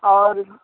और